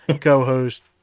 co-host